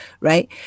Right